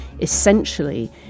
essentially